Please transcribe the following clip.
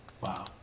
Wow